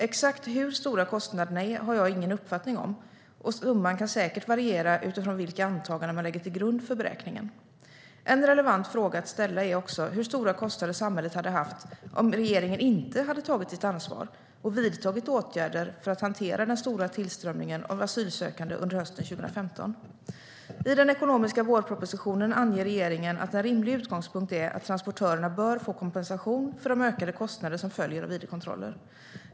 Exakt hur stora kostnaderna är har jag ingen uppfattning om, och summan kan säkert variera utifrån vilka antaganden man lägger till grund för beräkningen. En relevant fråga att ställa är också hur stora kostnader samhället hade haft om regeringen inte hade tagit sitt ansvar och vidtagit åtgärder för att hantera den stora tillströmningen av asylsökande under hösten 2015. I den ekonomiska vårpropositionen anger regeringen att en rimlig utgångspunkt är att transportörerna bör få kompensation för de ökade kostnader som följer av id-kontroller.